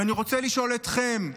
ואני רוצה לשאול אתכם,